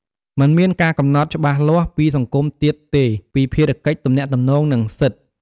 មិនមានការកំណត់ច្បាស់លាស់ ពីសង្គមទៀតទេពី ភារកិច្ច ទំនាក់ទំនង និង សិទ្ធិ។